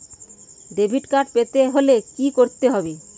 Debit card পেতে হলে কি করতে হবে?